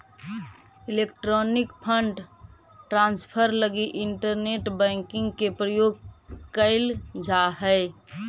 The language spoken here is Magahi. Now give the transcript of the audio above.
इलेक्ट्रॉनिक फंड ट्रांसफर लगी इंटरनेट बैंकिंग के प्रयोग कैल जा हइ